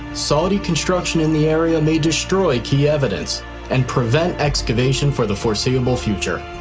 saudi construction in the area may destroy key evidence and prevent excavation for the foreseeable future.